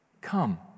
Come